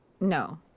No